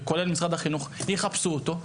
וכולל משרד החינוך יחפשו אותו,